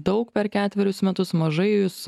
daug per ketverius metus mažai jūs